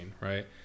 right